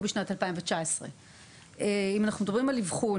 בשנת 2019. אם אנחנו מדברים על אבחון,